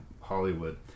Hollywood